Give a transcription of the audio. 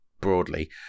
broadly